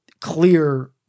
clear